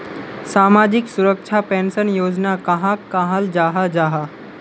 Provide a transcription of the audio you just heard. सामाजिक सुरक्षा पेंशन योजना कहाक कहाल जाहा जाहा?